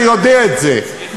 אתה יודע את זה.